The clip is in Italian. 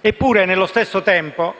Eppure, nello stesso tempo,